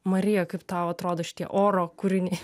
marija kaip tau atrodo šitie oro kūriniai